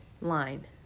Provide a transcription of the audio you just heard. line